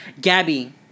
Gabby